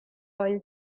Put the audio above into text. royal